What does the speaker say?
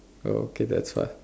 okay that's fast